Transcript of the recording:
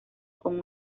con